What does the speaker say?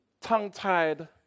tongue-tied